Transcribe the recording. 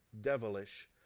devilish